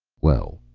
well,